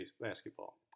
basketball